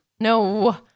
no